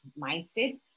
mindset